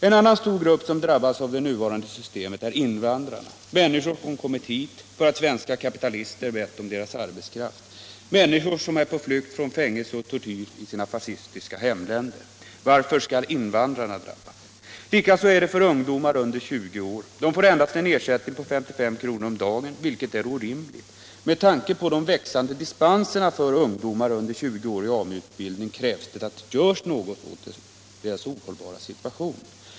En annan stor grupp som drabbas av det nuvarande systemet är invandrarna — människor som har kommit hit för att svenska kapitalister har bett om deras arbetskraft, människor som är på flykt från fängelse och tortyr i sina fascistiska hemländer. Varför skall invandrarna drabbas? Likadant är det för ungdomar under 20 år. De får endast en ersättning på 55 kr. om dagen, vilket är orimligt. Med tanke på de växande distanserna för ungdomar under 20 år i AMU-utbildning krävs det att något görs åt deras ohållbara situation.